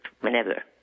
whenever